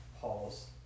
Paul's